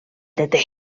deté